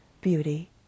beauty